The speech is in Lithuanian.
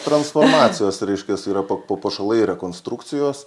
transformacijos reiškias yra pa papuošalai ir rekonstrukcijos